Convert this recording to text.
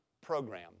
program